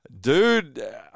Dude